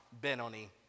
Benoni